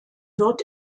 wird